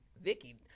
Vicky